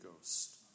Ghost